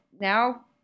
now